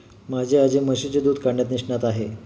माझी आजी म्हशीचे दूध काढण्यात निष्णात आहे